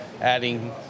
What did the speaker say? adding